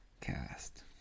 cast